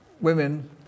women